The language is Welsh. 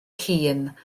hŷn